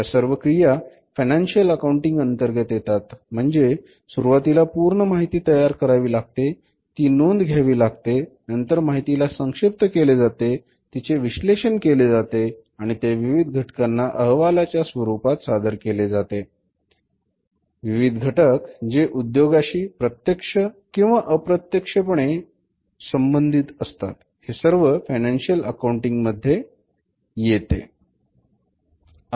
ह्या सर्व क्रिया फायनान्शिअल अकाउंटिंग अंतर्गत येतात म्हणजे सुरुवातीला पूर्ण माहिती तयार करावी लागते ती नोंद घ्यावी लागते नंतर माहिती ला संक्षिप्त केले जाते तिचे विश्लेषण केले जाते आणि ते विविध घटकांना अहवालाच्या स्वरूपात सादर केले जाते विविध घटक जे उद्योगाशी प्रत्यक्ष किंवा अप्रत्यक्ष पणे उद्योगाशी संबंधित असतात हे सर्व फायनान्शिअल अकाउंटिंग मध्ये होते मान्य